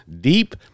deep